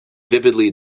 vividly